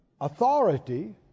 authority